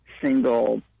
single